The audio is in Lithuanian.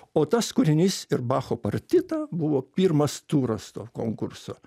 o tas kūrinys ir bacho partita buvo pirmas turas to konkurso